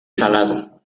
salado